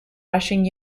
rushing